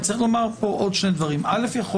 צריך לומר פה עוד שני דברים: דבר אחד,